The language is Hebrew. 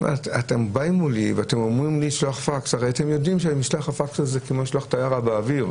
אתם יודעים שלשלוח פקס זה כמו לשלוח טיארה באוויר.